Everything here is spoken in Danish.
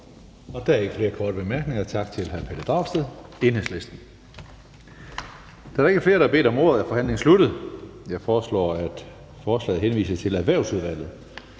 Der er ikke flere korte bemærkninger. Tak til hr. Pelle Dragsted, Enhedslisten. Da der ikke er flere, der har bedt om ordet, er forhandlingen sluttet. Jeg foreslår, at forslaget til folketingsbeslutning